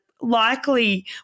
likely